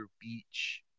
beach